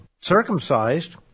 circumcised